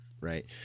Right